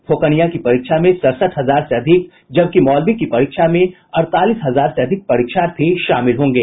फौकनिया की परीक्षा में सड़सठ हजार से अधिक जबकि मौलवी की परीक्षा में अड़तालीस हजार से अधिक परीक्षार्थी शामिल होंगे